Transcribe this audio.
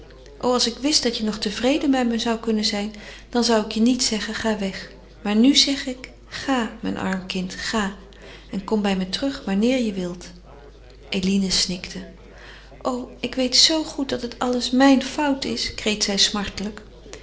als ik wist dat je nog tevreden bij me zou kunnen zijn dan zou ik je niet zeggen ga weg maar nu zeg ik ga mijn arm kind ga en kom bij me terug wanneer je wilt eline snikte o ik weet zoo goed dat het alles mijn fout is